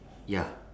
ya